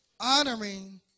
Honoring